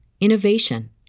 innovation